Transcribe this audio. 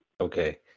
okay